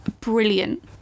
brilliant